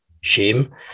shame